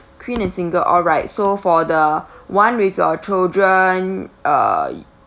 queen and single all right so for the one with your children uh